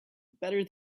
better